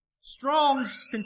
Strong's